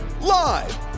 Live